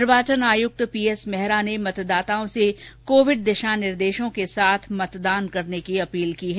निर्वाचन आयुक्त पीएस मेहरा ने मतदाताओं से कोविड़ दिशानिर्देशों के साथ मतदान की अपील की है